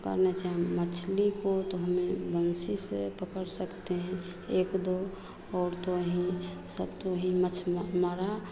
पकड़ना चाँह मछली को तो मैं बंसी से पकड़ सकते हैं एक दो और तो हैं सब तो हैं मछ मारा